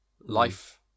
life